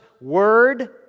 word